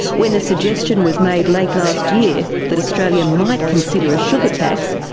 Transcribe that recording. when the suggestion was made like last year that australia might consider a sugar tax,